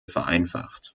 vereinfacht